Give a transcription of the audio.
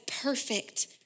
perfect